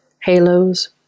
halos